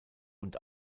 und